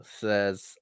says